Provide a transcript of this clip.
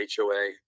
HOA